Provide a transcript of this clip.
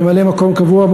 ממלא-מקום קבוע,